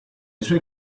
suoi